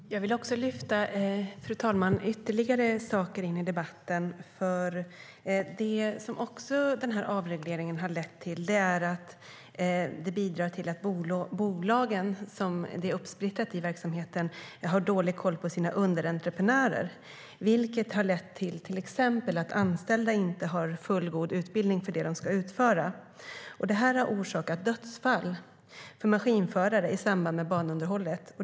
Fru talman! Jag vill lyfta in ytterligare saker i debatten. Avregleringen bidrar också till att de bolag som verksamheten är uppsplittrad på har dålig koll på sina underentreprenörer, vilket exempelvis har lett till att anställda inte har fullgod utbildning för det de ska utföra. Detta har orsakat dödsfall för maskinförare i samband med banunderhållet.